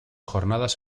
jornadas